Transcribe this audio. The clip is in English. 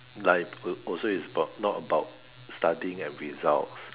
life uh also is about not about studying and results